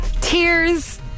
tears